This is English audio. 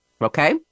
okay